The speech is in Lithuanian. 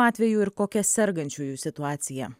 atvejų ir kokia sergančiųjų situacija